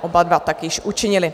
Oba dva tak již učinili.